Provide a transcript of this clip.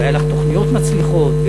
והיו לך תוכניות מצליחות,